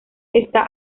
está